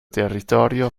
territorio